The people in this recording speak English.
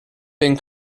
been